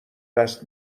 دست